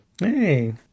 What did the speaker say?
Hey